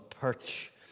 perch